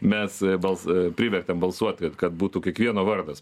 mes bals privertėm balsuot kad būtų kiekvieno vardas